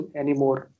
anymore